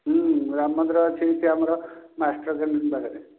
ରାମ ମନ୍ଦିର ଅଛି ସେ ଆମର ମାଷ୍ଟର୍ କେଣ୍ଟିନ୍ ପାଖରେ